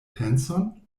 penson